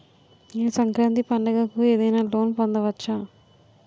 నేను సంక్రాంతి పండగ కు ఏదైనా లోన్ పొందవచ్చా?